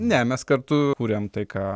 ne mes kartu kūrėm tai ką